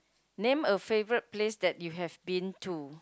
name a favourite place that you have been to